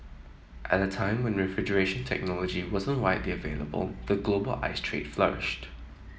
at a time when refrigeration technology wasn't widely available the global ice trade flourished